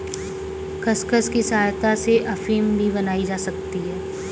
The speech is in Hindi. खसखस की सहायता से अफीम भी बनाई जा सकती है